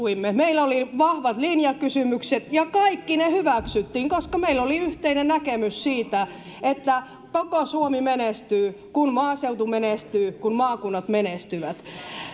onnistuimme meillä oli vahvat linjakysymykset ja kaikki ne hyväksyttiin koska meillä oli yhteinen näkemys siitä että koko suomi menestyy kun maaseutu menestyy kun maakunnat menestyvät